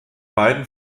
beiden